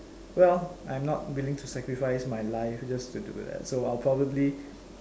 well I'm not willing to sacrifice my life just to do that so I'll probably